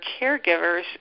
caregivers